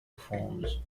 forms